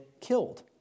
killed